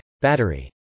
Battery